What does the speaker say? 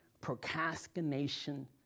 procrastination